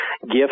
gift